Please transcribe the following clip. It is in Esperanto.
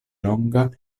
longa